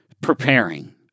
Preparing